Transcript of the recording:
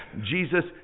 Jesus